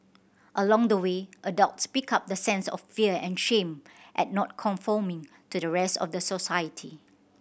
along the way adults pick up the sense of fear and shame at not conforming to the rest of the society